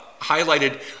highlighted